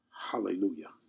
Hallelujah